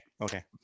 okay